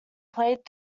played